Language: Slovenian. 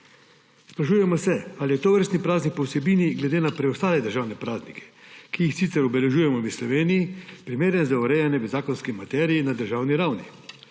Sprašujemo se, ali je tovrstni praznik po vsebini glede na preostale državne praznike, ki jih sicer obeležujemo v Sloveniji, primeren za urejanje v zakonski materiji na državni ravni.